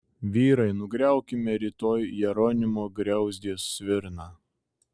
vyrai nugriaukime rytoj jeronimo griauzdės svirną